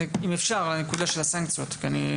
כן, זה בדיוק מה שתכננתי להתייחס.